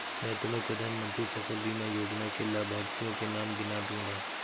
मैं तुम्हें प्रधानमंत्री फसल बीमा योजना के लाभार्थियों के नाम गिना दूँगा